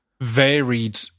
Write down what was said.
varied